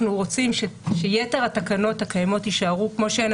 רוצים שיתר התקנות הקיימות יישארו כמו שהן,